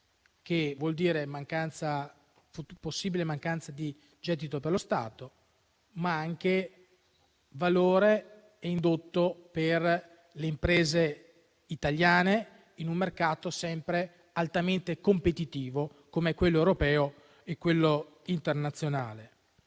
Ciò vuol dire possibile mancanza di gettito per lo Stato, ma anche valore e indotto per le imprese italiane in un mercato sempre altamente competitivo come quello europeo e internazionale.